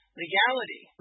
legality